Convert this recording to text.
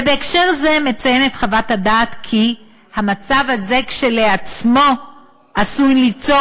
ובהקשר זה מציינת חוות הדעת כי "מצב זה כשלעצמו עשוי ליצור